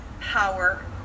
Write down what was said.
power